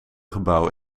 gebouw